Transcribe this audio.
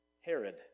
Herod